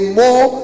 more